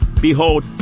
Behold